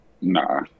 Nah